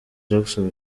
jackson